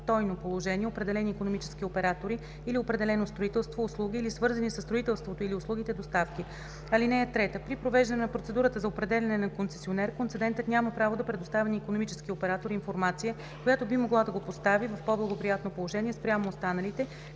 положение определени икономически оператори или определено строителство, услуги или свързани със строителството или услугите доставки. (3) При провеждане на процедурата за определяне на концесионер концедентът няма право да предоставя на икономически оператор информация, която би могла да го постави в по-благоприятно положение спрямо останалите,